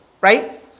right